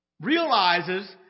realizes